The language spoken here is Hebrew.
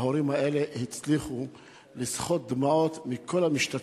וההורים האלה הצליחו לסחוט דמעות מכל המשתתפים.